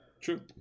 True